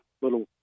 little